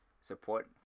support